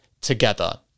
together